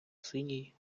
синій